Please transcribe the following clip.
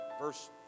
verse